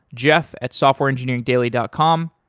jeff at softwareengineeringdaily dot com.